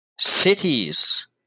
Cities